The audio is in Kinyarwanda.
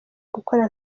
gukora